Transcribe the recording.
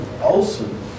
Olson